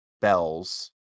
bells